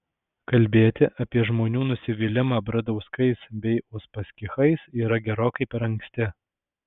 kalbėti apie žmonių nusivylimą bradauskais bei uspaskichais yra gerokai per anksti